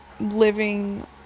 living